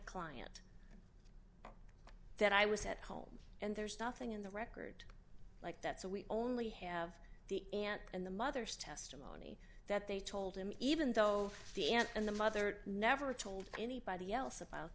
client that i was at home and there's nothing in the record like that so we only have the aunt and the mother's testimony that they told him even though the aunt and the mother never told anybody else about